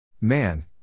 Man